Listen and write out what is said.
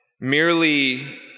merely